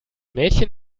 mädchen